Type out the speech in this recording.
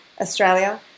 Australia